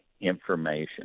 information